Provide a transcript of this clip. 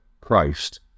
Christ